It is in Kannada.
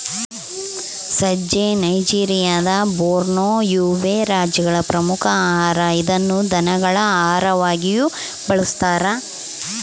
ಸಜ್ಜೆ ನೈಜೆರಿಯಾದ ಬೋರ್ನೋ, ಯುಬೇ ರಾಜ್ಯಗಳ ಪ್ರಮುಖ ಆಹಾರ ಇದನ್ನು ದನಗಳ ಆಹಾರವಾಗಿಯೂ ಬಳಸ್ತಾರ